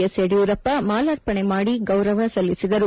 S Yediyurappa ಮಾಲಾರ್ಪಣೆ ಮಾಡಿ ಗೌರವ ಸಲ್ಲಿಸಿದರು